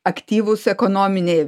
aktyvūs ekonominėje